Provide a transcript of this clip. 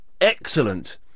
Excellent